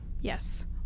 Yes